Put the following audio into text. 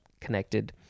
connected